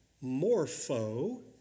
morpho